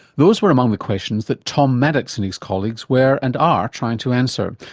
those were among the questions that tom maddox and his colleagues were, and are, trying to answer.